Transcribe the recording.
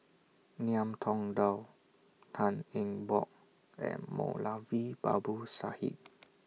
Ngiam Tong Dow Tan Eng Bock and Moulavi Babu Sahib